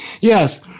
Yes